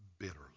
bitterly